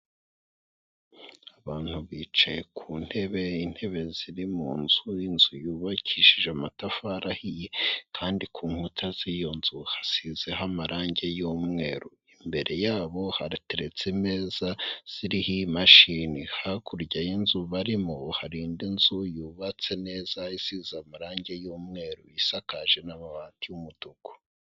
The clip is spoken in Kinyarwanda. Abantu bicaye ku ntebe, intebe ziri mu nzu, inzu yubakishije amatafari ahiye kandi ku nkuta z'iyo nzu hasizeho amarange y'umweru, imbere yabo harateretse imeza ziriho imashini, hakurya y'inzu barimo hari indi nzu yubatse neza isize amarange y'umweru, isakaje n'amabati y'umutuku.